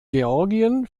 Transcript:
georgien